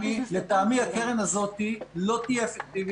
לטעמי, הקרן הזאת לא תהיה אפקטיבית.